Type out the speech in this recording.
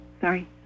Sorry